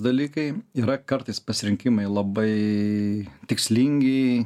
dalykai yra kartais pasirinkimai labai tikslingi